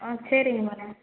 ஆ சரிங்க மேடம்